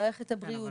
מערכת הבריאות,